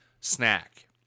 snack